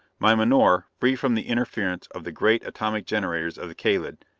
my menore, free from the interference of the great atomic generators of the kalid,